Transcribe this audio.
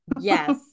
Yes